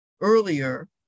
earlier